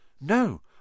No